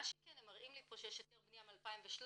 מה שכן, הם מראים לי פה שיש היתר בניה מ-2013